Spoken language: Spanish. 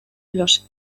los